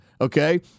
Okay